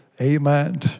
Amen